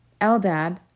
Eldad